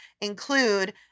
include